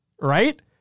Right